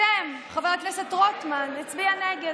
אתם, חבר הכנסת רוטמן הצביע נגד.